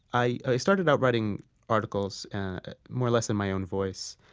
i started out writing articles more or less in my own voice.